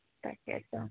তাকেতো